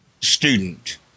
student